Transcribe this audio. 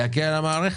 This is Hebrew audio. להקל על המערכת.